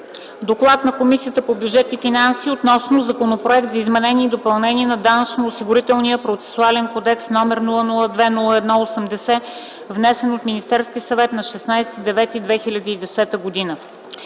„ДОКЛАД на Комисията по бюджет и финанси относно Законопроект за изменение и допълнение на Данъчно-осигурителния процесуален кодекс, № 002-01-80, внесен от Министерския съвет на 16 септември